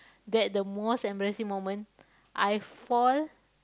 that the most embarrassing moment I fall